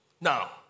Now